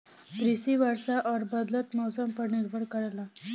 कृषि वर्षा और बदलत मौसम पर निर्भर करेला